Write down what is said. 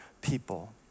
people